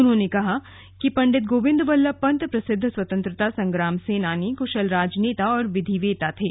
उन्होंने कहा कि पंडित गोविन्द वल्लभ पंत प्रसिद्ध स्वतंत्रता संग्राम सेनानी कुशल राजनेता और विधिवेता थे